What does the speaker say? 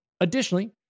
Additionally